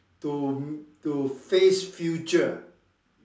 to to face future